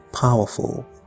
powerful